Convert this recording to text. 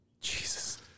Jesus